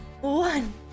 One